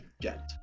get